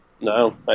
No